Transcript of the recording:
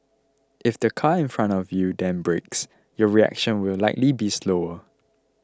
if the car in front of you then brakes your reaction will likely be slower